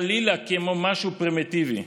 חלילה, כמו משהו פרימיטיבי,